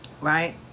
right